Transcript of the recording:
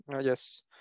Yes